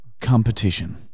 competition